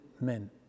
men